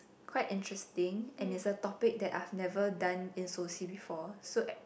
quite interesting and it's a topic that I've never done in soci before so eh